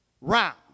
round